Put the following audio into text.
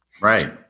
Right